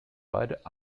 bud